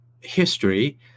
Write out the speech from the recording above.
history